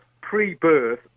pre-birth